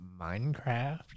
Minecraft